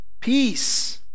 peace